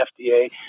FDA